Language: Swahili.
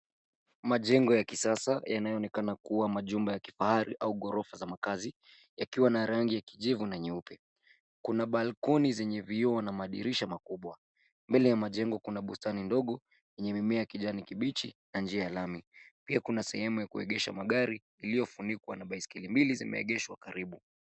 Majengo ya kisasa yanayoonekana kuwa majumba ya kifahari au ghorofa za makazi, yakiwa na rangi ya kijivu na nyeupe. Kuna balkoni zenye vioo na madirisha makubwa. Mbele ya majengo kuna bustani ndogo, yenye mimea ya kijani kibichi na njia ya lami. Pia kuna sehemu ya kuegesha magari iliyofunikwa na baiskeli mbili zimeegeshwa mbali.